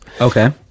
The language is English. Okay